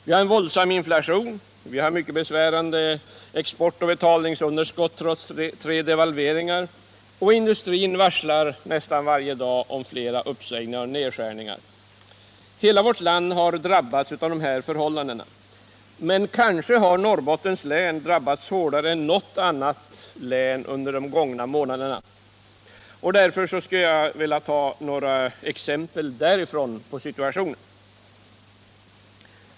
Vi har en våldsam inflation, vi har mycket besvärande exportoch betalningsunderskott trots tre devalveringar, och industrin varslar nästan varje dag om nya nedskärningar och uppsägningar. Hela vårt land har drabbats av dessa förhållanden. Men kanske har Norrbottens län drabbats hårdare än något annat län under de gångna månaderna. Låt mig därför anföra några exempel därifrån.